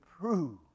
prove